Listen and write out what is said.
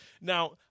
Now